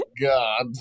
God